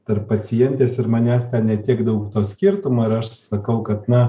tarp pacientės ir manęs ne tiek daug to skirtumo ir aš sakau kad na